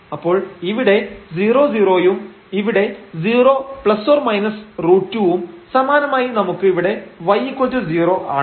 അപ്പോൾ ഇവിടെ 00യും ഇവിടെ 0 ±√2 ഉം സമാനമായി നമുക്ക് ഇവിടെ y0 ആണ്